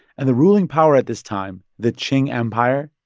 and the ruling power at this time, the qing empire,